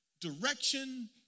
direction